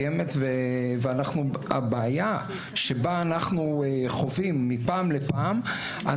והבעיה שאותה אנחנו חווים מפעם לפעם,